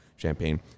champagne